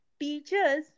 teachers